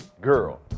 girl